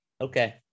Okay